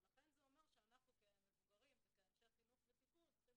לכן זה אומר שאנחנו כמבוגרים וכאנשי חינוך וטיפול צריכים